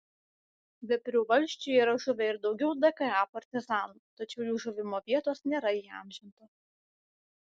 veprių valsčiuje yra žuvę ir daugiau dka partizanų tačiau jų žuvimo vietos nėra įamžintos